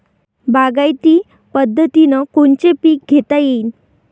बागायती पद्धतीनं कोनचे पीक घेता येईन?